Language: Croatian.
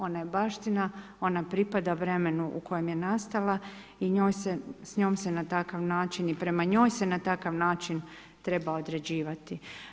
Ona je baština, ona pripada vremenu u kojem je nastala i s njom se na takav način i prema njoj se na takav način treba određivati.